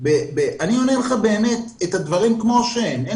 אני עונה לך את הדברים כמו שהם באמת,